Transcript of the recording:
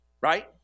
right